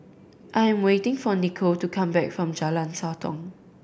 I'm waiting for Nichole to come back from Jalan Sotong